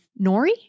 Nori